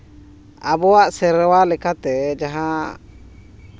ᱟᱵᱚᱣᱟᱜ ᱥᱮᱨᱣᱟ ᱞᱮᱠᱟᱛᱮ ᱡᱟᱦᱟᱸ